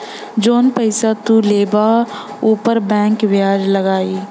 जौन पइसा तू लेबा ऊपर बैंक बियाज लगाई